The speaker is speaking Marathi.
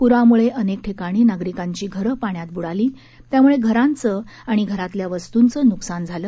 प्राम्ळे अनेक ठिकाणी नागरिकांची घरं पाण्यात बुडाली त्यामुळे घरांचं आणि घरातल्या वस्तुंचं नुकसान झालं